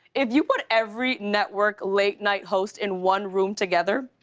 if you put every network late-night host in one room together,